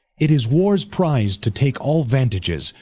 it is warres prize, to take all vantages,